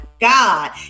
God